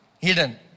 hidden